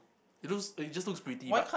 it looks it just looks pretty but